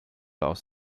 aus